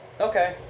okay